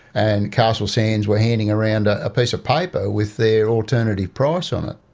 and castle sands were handing around ah a piece of paper with their alternative price on it.